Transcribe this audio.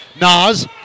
Nas